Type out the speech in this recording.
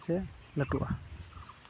ᱥᱮ ᱞᱟᱹᱴᱩᱜᱼᱟ